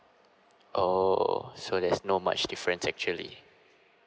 oh so there's no much different actually